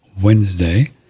Wednesday